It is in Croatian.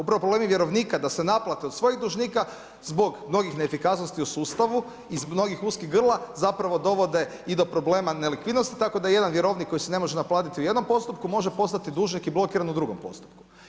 Upravo problem je vjerovnika da se naplate od svojih dužnika zbog mnogih neefikasnosti u sustavu i mnogih uskih grla zapravo dovode i do problema nelikvidnosti, tako da jedan vjerovnik koji se ne može naplatiti u jednom postupku, može postati dužnik i blokiran u drugom postupku.